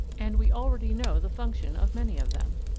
and we already know the functions of many of them.